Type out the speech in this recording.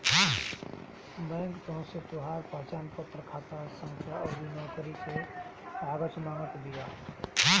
bank तोहसे तोहार पहचानपत्र, खाता संख्या अउरी नोकरी कअ कागज मांगत बिया